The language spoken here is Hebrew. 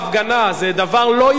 זה דבר שלא ייאמן.